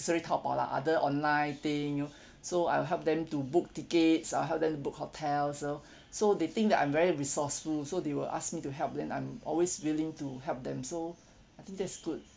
Taobao lah other online thing you know so I'll help them to book tickets I'll help them to book hotels you know so they think that I'm very resourceful so they will ask me to help then I'm always willing to help them so I think that's good